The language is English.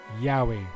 Yahweh